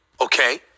okay